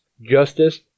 justice